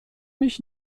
mich